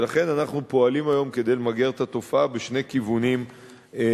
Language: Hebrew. ולכן אנחנו פועלים היום כדי למגר את התופעה בשני כיוונים משלימים.